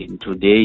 Today